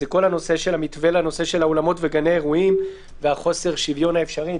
זה הנושא של המתווה לאולמות וגני אירועים וחוסר השוויון האפשרי.